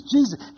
Jesus